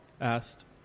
asked